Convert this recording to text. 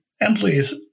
employees